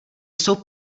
jsou